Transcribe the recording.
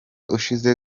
ushize